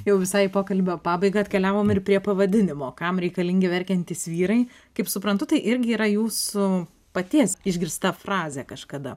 jau visai į pokalbio pabaigą atkeliavom ir prie pavadinimo kam reikalingi verkiantys vyrai kaip suprantu tai irgi yra jūsų paties išgirsta frazė kažkada